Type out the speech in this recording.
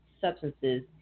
substances